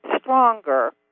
stronger